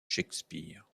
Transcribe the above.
shakespeare